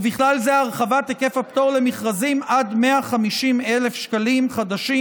ובכלל זה הרחבת היקף הפטור למכרזים עד 150,000 שקלים חדשים